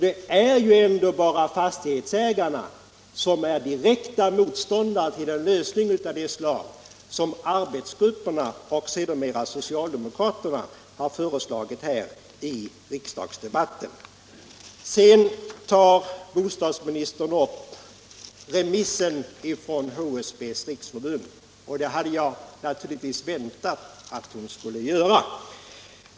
Det är ju bara fastighetsägarna som är direkta motståndare till en lösning av det slag som arbetsgrupperna och sedermera socialdemokraterna i riksdagsdebatten har föreslagit. Bostadsministern tar också upp remissvaret från HSB:s riksförbund. Det hade jag naturligtvis väntat att hon skulle göra.